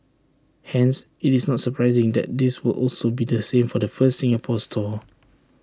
hence IT is not surprising that this will also be the same for the first Singapore store